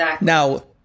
Now